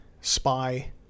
spy